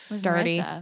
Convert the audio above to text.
Dirty